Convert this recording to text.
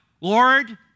Lord